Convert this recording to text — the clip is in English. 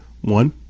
One